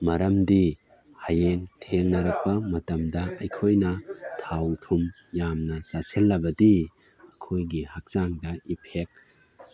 ꯃꯔꯝꯗꯤ ꯍꯌꯦꯡ ꯊꯦꯡꯟꯔꯛꯄ ꯃꯇꯝꯗ ꯑꯩꯈꯣꯏꯅ ꯊꯥꯎ ꯊꯨꯝ ꯌꯥꯝꯅ ꯆꯥꯁꯤꯜꯂꯕꯗꯤ ꯑꯩꯈꯣꯏꯒꯤ ꯍꯛꯆꯥꯡꯗ ꯏꯐꯦꯛ